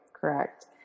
Correct